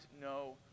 no